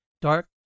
dark